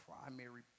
primary